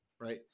right